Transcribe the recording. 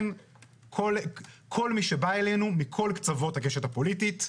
לכן כל מי שבא אלינו מכל קצוות הקשת הפוליטית,